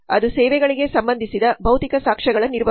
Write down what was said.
ಅದು ಸೇವೆಗಳಿಗೆ ಸಂಬಂಧಿಸಿದ ಭೌತಿಕ ಸಾಕ್ಷ್ಯಗಳ ನಿರ್ವಹಣೆ